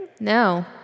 No